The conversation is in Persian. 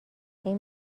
این